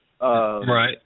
Right